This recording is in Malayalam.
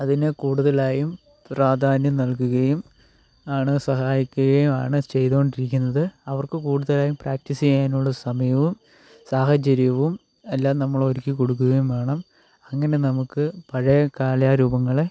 അതിന് കൂടുതലായും പ്രാധാന്യം നൽകുകയും ആണ് സഹായിക്കുകയുമാണ് ചെയ്തുകൊണ്ടിരിക്കുന്നത് അവർക്ക് കൂടുതലായും പ്രാക്ടീസ് ചെയ്യാനുള്ള സമയവും സാഹചര്യവും എല്ലാം നമ്മൾ ഒരുക്കി കൊടുക്കുകയും വേണം അങ്ങനെ നമുക്ക് പഴയ കലാരൂപങ്ങളെ